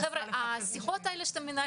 למה?